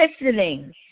listening